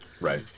Right